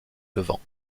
levant